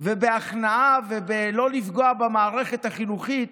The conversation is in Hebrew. ובהכנעה וכדי לא לפגוע במערכת החינוכית,